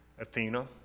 Athena